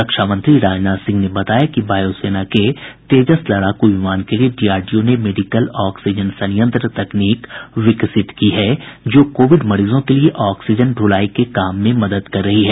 रक्षामंत्री राजनाथ सिंह ने बताया कि वायुसेना के तेजस लडाकू विमान के लिए डीआरडीओ ने मेडिकल ऑक्सीजन संयंत्र तकनीक विकसित की है जो कोविड मरीजों के लिए ऑक्सीजन द्लाई के काम में मदद कर रही है